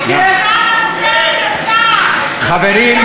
הצעת חוק כזאת על יהודה ושומרון.